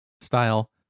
style